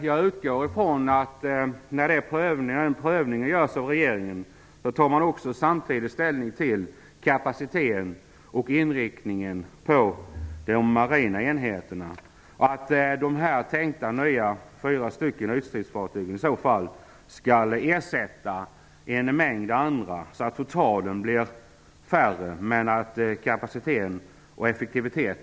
Jag utgår ifrån att man när regeringen gör denna prövning samtidigt också tar ställning till kapaciteten och inriktningen av de marina enheterna och att de tänkta fyra nya ytstridsfartygen i så fall skall ersätta en mängd andra, så att det totalt blir färre fartyg men en förbättring av kapacitet och effektivitet.